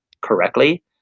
correctly